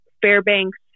Fairbanks